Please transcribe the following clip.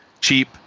cheap